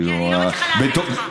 כי אני לא מצליחה להבין אותך.